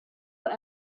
what